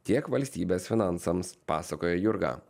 tiek valstybės finansams pasakoja jurga